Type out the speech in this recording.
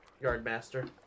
Yardmaster